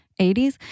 80s